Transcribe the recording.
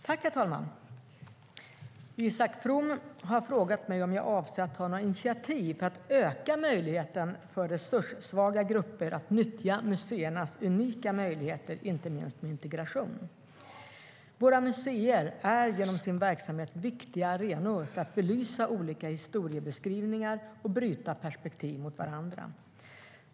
Herr talman! Isak From har frågat mig om jag avser att ta några initiativ för att öka möjligheten för resurssvaga grupper att nyttja museernas unika möjligheter, inte minst med integration. Våra museer är genom sin verksamhet viktiga arenor för att belysa olika historiebeskrivningar och bryta perspektiv mot varandra.